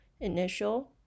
initial